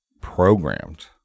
programmed